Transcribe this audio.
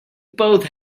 both